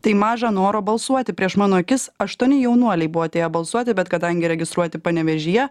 tai maža noro balsuoti prieš mano akis aštuoni jaunuoliai buvo atėję balsuoti bet kadangi registruoti panevėžyje